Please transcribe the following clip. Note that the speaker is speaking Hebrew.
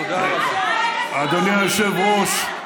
שאלקין ישב,